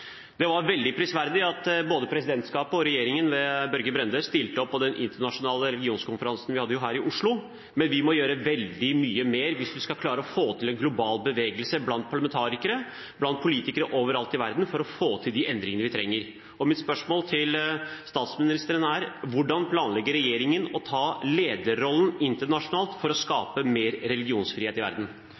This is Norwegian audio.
Det var veldig prisverdig at både presidentskapet og regjeringen ved Børge Brende stilte opp på den internasjonale religionskonferansen vi hadde her i Oslo, men vi må gjøre veldig mye mer hvis vi skal klare å få til en global bevegelse blant parlamentarikere, blant politikere overalt i verden, for å få til de endringene vi trenger. Mitt spørsmål til statsministeren er: Hvordan planlegger regjeringen å ta lederrollen internasjonalt for å skape mer religionsfrihet i verden?